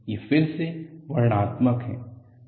ये फिर से वर्णनात्मक हैं